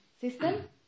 system